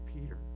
Peter